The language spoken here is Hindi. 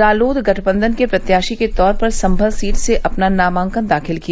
रालोद गठबंधन के प्रत्याशी के तौर पर संमल सीट से अपना नामांकन दाखिल किया